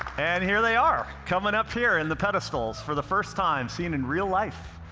and here they are, coming up here in the pedestals, for the first time, seen in real life.